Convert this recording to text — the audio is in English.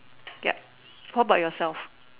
ya what about yourself